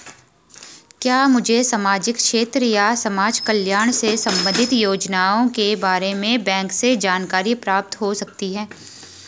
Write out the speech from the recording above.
क्या मुझे सामाजिक क्षेत्र या समाजकल्याण से संबंधित योजनाओं के बारे में बैंक से जानकारी प्राप्त हो सकती है?